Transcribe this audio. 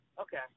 Okay